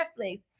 Netflix